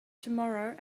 tomorrow